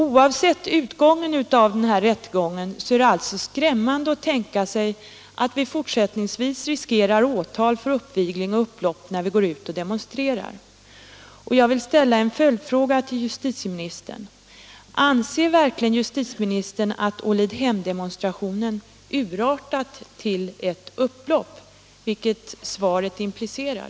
Oavsett resultatet av den här rättegången är det skrämmande att tänka sig att vi fortsättningsvis riskerar åtal för uppvigling och upplopp när vi går ut och demonstrerar. Jag vill ställa en följdfråga till justitieministern. Anser verkligen justitieministern att Ålidremdemonstrationen urartade till ett upplopp, vilket svaret implicerar?